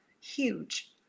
huge